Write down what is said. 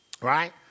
Right